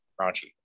raunchy